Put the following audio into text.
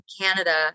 Canada